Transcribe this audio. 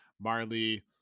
Marley